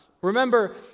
Remember